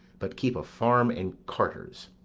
but keep a farm and carters.